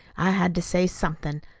i had to say something.